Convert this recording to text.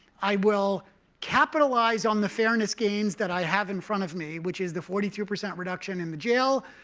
i will capitalize on the fairness gains that i have in front of me, which is the forty two percent reduction in the jail,